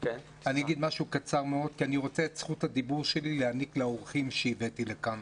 כי אני רוצה להעניק את זכות הדיבור שלי לאורחים שהבאתי לכאן.